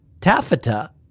taffeta